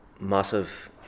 massive